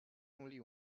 only